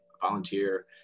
volunteer